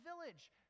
village